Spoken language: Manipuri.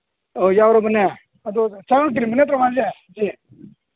ꯑꯣ ꯌꯥꯎꯔꯗꯕꯅꯦ ꯑꯗꯣ ꯆꯪꯉꯛꯇ꯭ꯔꯤꯕ ꯅꯠꯇ꯭ꯔꯣ ꯃꯥꯁꯦ